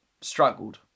struggled